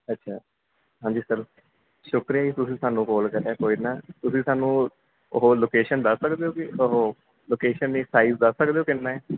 ਅੱਛਾ ਹਾਂਜੀ ਸਰ ਸ਼ੁਕਰੀਆ ਜੀ ਤੁਸੀਂ ਸਾਨੂੰ ਕਾਲ ਕਰਿਆ ਕੋਈ ਨਾ ਤੁਸੀਂ ਸਾਨੂੰ ਉਹ ਲੋਕੇਸ਼ਨ ਦੱਸ ਸਕਦੇ ਹੋ ਕਿ ਉਹ ਲੋਕੇਸ਼ਨ ਨਹੀਂ ਸਾਈਜ਼ ਦੱਸ ਸਕਦੇ ਹੋ ਕਿੰਨਾ